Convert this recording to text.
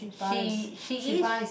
she she is